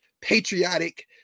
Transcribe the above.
patriotic